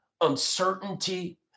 uncertainty